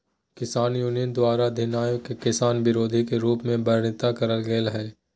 किसान यूनियन द्वारा अधिनियम के किसान विरोधी के रूप में वर्णित करल गेल हई